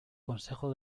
consejo